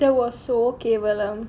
there was so cable